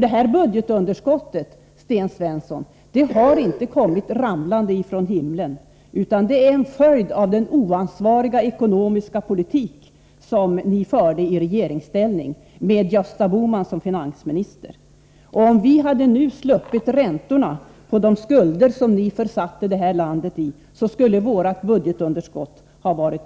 Det här budgetunderskottet, Sten Svensson, har inte kommit ramlande från himlen, utan det är en följd av den oansvariga ekonomiska politik moderaterna förde i regeringsställning med Gösta Bohman som finansminister. Om vi nu hade sluppit räntorna på de skulder som ni drog på landet, skulle vårt budgetunderskott ha varit